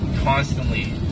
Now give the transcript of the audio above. constantly